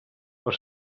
pel